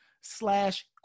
slash